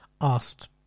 asked